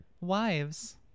wives